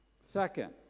Second